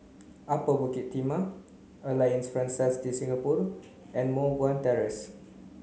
Upper Bukit Timah Alliance Francaise de Singapour and Moh Guan Terrace